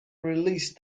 released